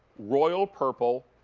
royal purple.